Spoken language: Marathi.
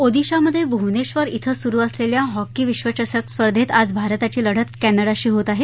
ओदिशामध्ये भूवनेश्वर छिं सुरू असलेल्या हॉकी विश्वचषक स्पर्धेत आज भारताची लढत क्विंडाशी होत आहे